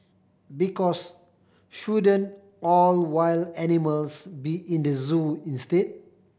because shouldn't all wild animals be in the zoo instead